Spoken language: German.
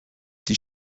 die